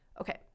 okay